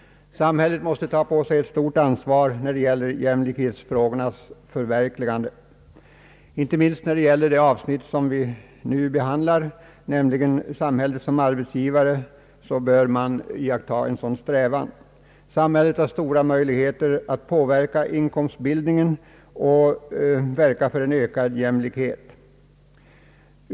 Samhället måste ta på sig ett stort ansvar för jämlikhetstankens förverkligande, inte minst när det gäller det avsnitt som vi nu behandlar, nämligen staten som arbetsgivare. Samhället har här stora möjligheter att påverka inkomstbildningen och verka för en ökad jämlikhet.